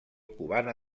cubana